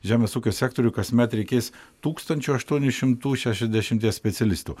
žemės ūkio sektoriui kasmet reikės tūkstančio aštuonių šimtų šešiasdešimties specialistų